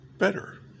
better